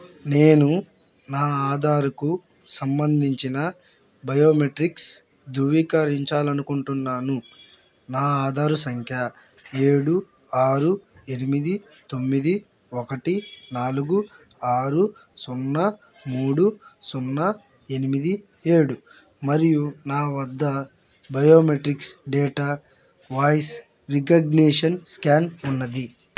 నేను నా ఆధార్కు సంబంధించిన బయోమెట్రిక్స్ ధృవీకరించాలి అనుకుంటున్నాను నా ఆధార్ సంఖ్య ఏడు ఆరు ఎనిమిది తొమ్మిది ఒకటి నాలుగు ఆరు సున్నా మూడు సున్నా ఎనిమిది ఏడు మరియు నా వద్ద biometrics data voice recognition scan ఉన్నది